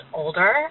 older